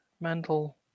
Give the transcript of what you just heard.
mental